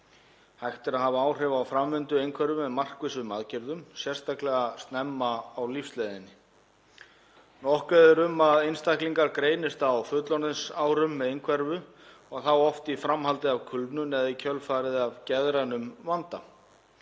Hægt er að hafa áhrif á lífsgæði einhverfra með markvissum aðgerðum, sérstaklega snemma á lífsleiðinni. Nokkuð er um að einstaklingar greinist á fullorðinsárum með einhverfu, oft í framhaldi af kulnun eða í kjölfar geðræns vanda.